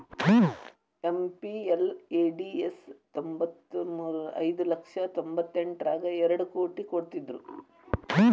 MPLADS ತ್ತೊಂಬತ್ಮುರ್ರಗ ಐದು ಲಕ್ಷ ತೊಂಬತ್ತೆಂಟರಗಾ ಎರಡ್ ಕೋಟಿ ಕೊಡ್ತ್ತಿದ್ರು